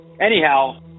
Anyhow